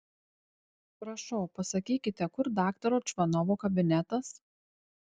prašau pasakykite kur daktaro čvanovo kabinetas